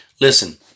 Listen